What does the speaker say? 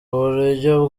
buryo